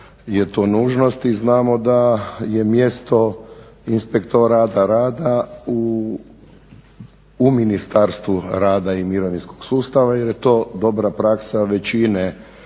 je to nužnost i znamo da je mjesto inspektora rada u Ministarstvu rada i mirovinskog sustava jer je to dobra praksa većine